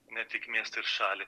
ne tik miestą ir šalį